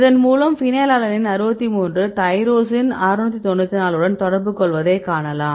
இதன் மூலம் phenylalanine 63 tyrosine 694 உடன் தொடர்பு கொள்வதை காணலாம்